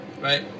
right